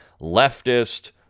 leftist